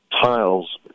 tiles